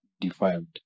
defiled